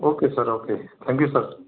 okay sir okay thank you sir